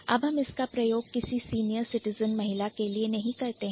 अब हम इसका प्रयोग किसी Senior Citizen सीनियर सिटीजन महिला के लिए नहीं करते हैं